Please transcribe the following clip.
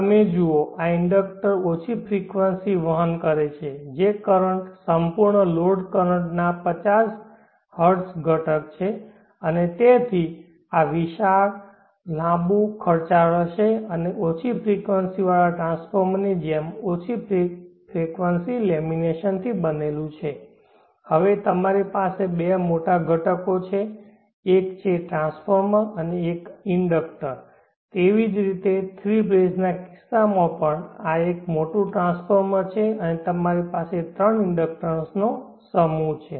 તમે જુઓ આ ઇન્ડક્ટર ઓછી ફ્રેકવંસી વહન કરે છે જે કરંટ સંપૂર્ણ લોડ કરંટ ના 50 હર્ટ્ઝ ઘટક છે અને તેથી આ ખૂબ વિશાળ લાબું ખર્ચાળ હશે અને ઓછી ફ્રેકવંસી વાળા ટ્રાન્સફોર્મર ની જેમ ઓછી ફ્રેકવંસી લેમિનેશનથી બનેલું છે હવે તમારી પાસે બે મોટા ઘટકો છે એક છે આ ટ્રાન્સફોર્મર અને આ ઇન્ડક્ટર તેવી જ રીતે થ્રી ફેજ ના કિસ્સામાં પણ આ એક મોટું ટ્રાન્સફોર્મર છે અને તમારી પાસે 3 ઇન્ડક્ટર્સનો સમૂહ છે